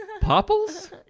Popples